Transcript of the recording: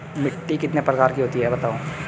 मिट्टी कितने प्रकार की होती हैं बताओ?